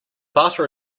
butter